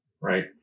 right